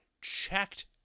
checked